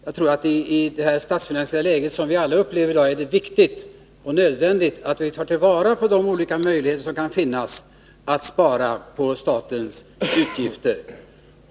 Jag tror att det i det statsfinansiella läge vi har i dag är nödvändigt att ta till vara de olika möjligheter som kan finnas att spara på statens utgifter.